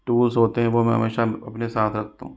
tools होते हैं वो मैं हमेशा अपने साथ रखता हूँ